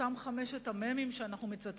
אותם חמשת המ"מים שאנחנו מצטטים,